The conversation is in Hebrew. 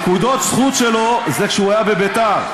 הנקודות זכות שלו זה כשהוא היה בבית"ר.